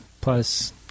plus